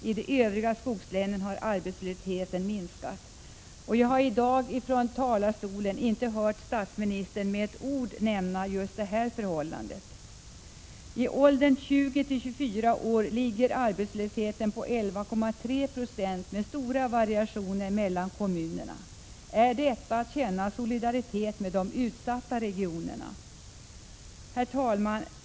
I de övriga skogslänen har arbetslösheten minskat. Jag har i dag inte hört statsministern från denna talarstol med ett ord nämna just detta förhållande. I åldersgruppen 20-24 år ligger arbetslösheten på 11,3 20 med stora variationer mellan kommunerna. Är detta att känna solidaritet med de utsatta regionerna? Herr talman!